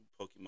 Pokemon